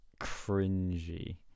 cringy